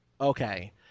Okay